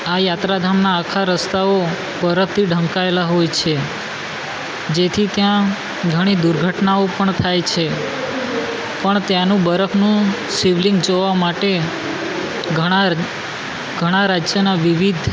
આ યાત્રાધામના આખા રસ્તાઓ બરફથી ઢંકાયેલા હોય છે જેથી ત્યાં ઘણી દુર્ઘટનાઓ પણ થાય છે પણ ત્યાંનું બરફનું શિવલિંગ જોવા માટે ઘણા ઘણા રાજ્યના વિવિધ